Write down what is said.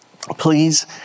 Please